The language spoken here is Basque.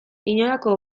inolako